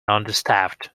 understaffed